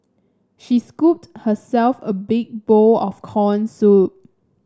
she scooped herself a big bowl of corn soup